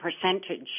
percentage